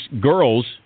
girls